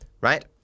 Right